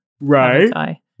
Right